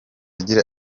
agira